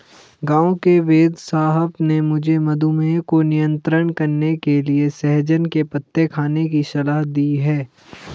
गांव के वेदसाहब ने मुझे मधुमेह को नियंत्रण करने के लिए सहजन के पत्ते खाने की सलाह दी है